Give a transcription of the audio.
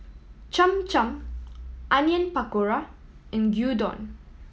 Cham Cham Onion Pakora and Gyudon